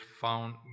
found